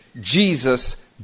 Jesus